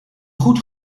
goed